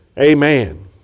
Amen